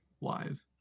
live